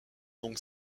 donc